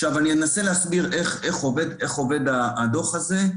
עכשיו אני אנסה להסביר איך עובד הדוח הזה,